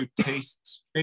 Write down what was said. tastes